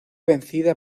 vencida